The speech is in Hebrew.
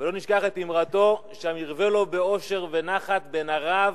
ולא נשכח את אמרתו "שם ירווה לו באושר ונחת בן ערב,